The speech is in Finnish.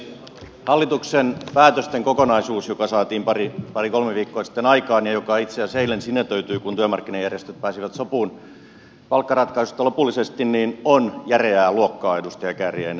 hallituksen päätösten kokonaisuus joka saatiin pari kolme viikkoa sitten aikaan ja joka itse asiassa eilen sinetöityi kun työmarkkinajärjestöt pääsivät sopuun palkkaratkaisusta lopullisesti on järeää luokkaa edustaja kääriäinen